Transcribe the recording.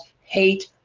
hate